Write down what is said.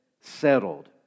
settled